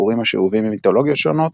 סיפורים השאובים ממיתולוגיות שונות,